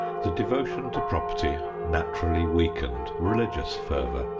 the devotion to property naturally weakened religious fervor.